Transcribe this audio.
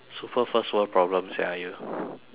super first world problem sia you